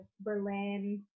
Berlin